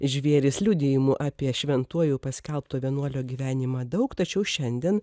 žvėrys liudijimų apie šventuoju paskelbto vienuolio gyvenimą daug tačiau šiandien